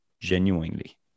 genuinely